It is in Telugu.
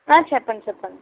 చెప్పండి చెప్పండి